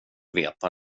veta